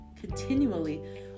continually